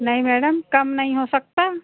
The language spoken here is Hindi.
नहीं मैडम कम नहीं हो सकता